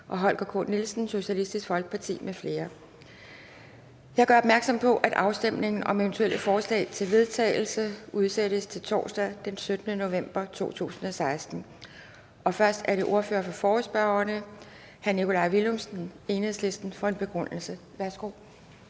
Formanden (Pia Kjærsgaard): Jeg gør opmærksom på, at afstemning om eventuelle forslag til vedtagelse udsættes til torsdag den 17. november 2016. Først er det ordføreren for forespørgerne, hr. Nikolaj Villumsen, Enhedslisten, for en begrundelse. Værsgo.